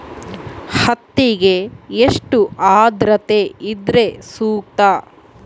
ಹತ್ತಿಗೆ ಎಷ್ಟು ಆದ್ರತೆ ಇದ್ರೆ ಸೂಕ್ತ?